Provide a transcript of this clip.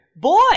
Boy